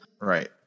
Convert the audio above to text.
right